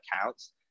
accounts